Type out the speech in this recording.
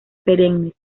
perennes